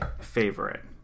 favorite